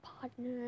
partner